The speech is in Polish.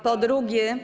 po drugie.